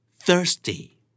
Thirsty